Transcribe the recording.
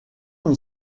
une